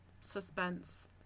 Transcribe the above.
suspense